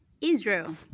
Israel